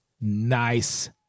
nice